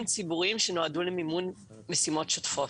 ציבוריים שנועדו למימון משימות שוטפות.